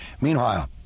Meanwhile